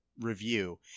review